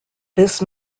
this